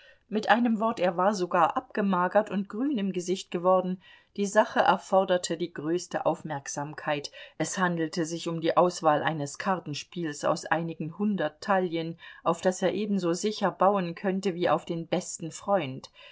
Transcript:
mit einem wort er war sogar abgemagert und grün im gesicht geworden die sache erforderte die größte aufmerksamkeit es handelte sich um die auswahl eines kartenspiels aus einigen hundert taillen auf das er ebenso sicher bauen könnte wie auf den besten freund